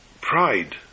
pride